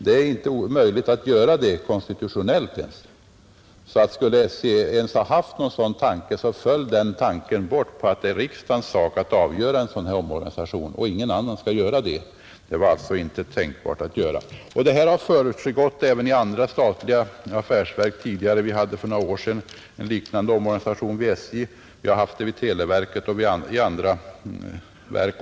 Det är inte ens konstitutionellt möjligt att göra det. Skulle SJ över huvud taget ha haft en sådan tanke, föll den alltså på att det är riksdagens och ingen annans sak att avgöra en sådan här omorganisation. Sådana har tidigare förekommit även inom andra statliga affärsverk. Vi hade för några år sedan en liknande omorganisation vid SJ, en annan har genomförts vid televerket och så har skett även vid andra verk.